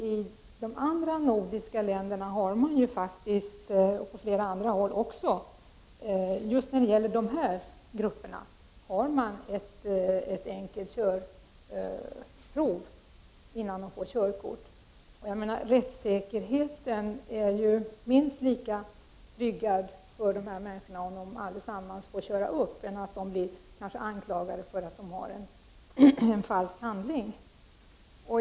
I de andra nordiska länderna, och även på flera andra håll, har man just när det gäller dessa grupper ett enkelt förarprov innan körkort utfärdas. Rättssäkerheten är ju mer tryggad för dessa människor om de allesammans får köra upp än om de kanske blir anklagade för att ha en falsk handling.